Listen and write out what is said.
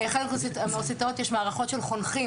בחלק מהאוניברסיטאות יש מערכות של חונכים.